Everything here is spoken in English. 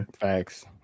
Facts